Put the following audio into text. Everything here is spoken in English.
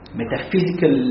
metaphysical